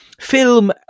film